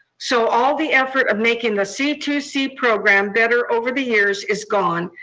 so all the effort of making the c two c program better over the years is gone,